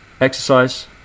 exercise